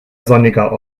sonniger